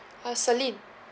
uh celine